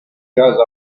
casa